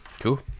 Cool